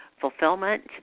fulfillment